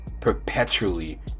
perpetually